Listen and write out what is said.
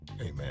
amen